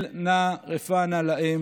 אל נא רפא נא להם.